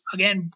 Again